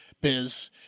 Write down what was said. biz